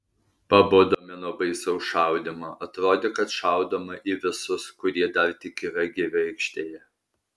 pabudome nuo baisaus šaudymo atrodė kad šaudoma į visus kurie dar tik yra gyvi aikštėje